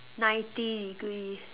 ninety degree